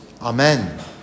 Amen